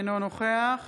אינו נוכח